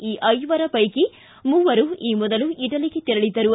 ಈ ಐವರ ಪೈಕಿ ಮೂವರು ಈ ಮೊದಲು ಇಟಲಿಗೆ ತೆರಳಿದ್ದರು